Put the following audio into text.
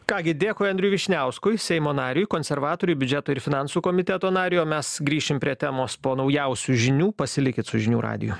ką gi dėkui andriui vyšniauskui seimo nariui konservatoriui biudžeto ir finansų komiteto nariui o mes grįšim prie temos po naujausių žinių pasilikit su žinių radiju